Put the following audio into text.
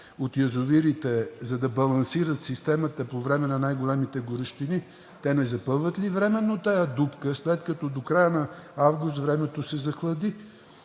от язовирите, за да балансират системата по време на най-големите горещини? Те не запълват ли временно тази дупка, след като до края на август времето се захлади?